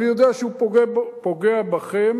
אני יודע שהוא פוגע בכם,